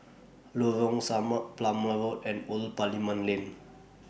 Lorong Samak Plumer Road and Old Parliament Lane